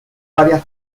varias